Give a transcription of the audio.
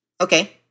Okay